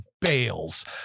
bales